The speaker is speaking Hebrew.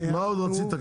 מה עוד רצית?